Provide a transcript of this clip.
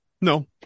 No